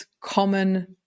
common